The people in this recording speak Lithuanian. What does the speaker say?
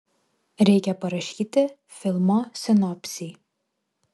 reikia parašyti filmo sinopsį